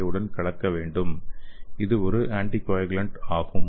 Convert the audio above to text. ஏ உடன் கலக்க வேண்டும் இது ஒரு ஆன்டிகொயாகுலன்ட் ஆகும்